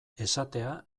esatea